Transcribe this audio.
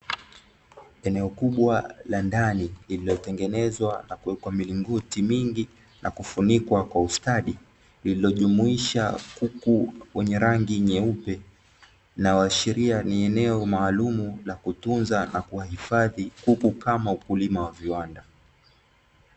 Eneo kubwa la ndani lililotengenezwa na kuwekwa miringuti mingi na kufunikwa kwa ustadi, lililojumuisha kuku wenye rangi nyeupe, linaloashiria ni eneo maalumu la katunza na kuwahifadhi kuku kama ukulima ya viwanda.